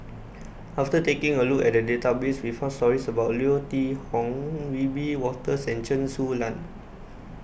after taking a look at the database we found stories about Leo Hee Tong Wiebe Wolters and Chen Su Lan